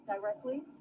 directly